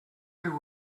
you